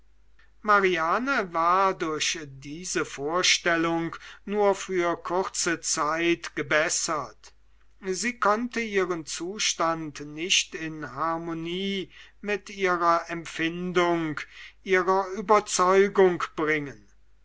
mariane war durch diese vorstellungen nur für kurze zeit gebessert sie konnte ihren zustand nicht in harmonie mit ihrer empfindung ihrer überzeugung bringen